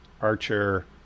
Archer